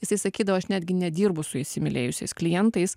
jisai sakydavo aš netgi nedirbu su įsimylėjusiais klientais